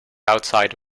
outside